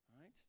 right